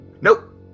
Nope